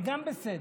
זה גם בסדר.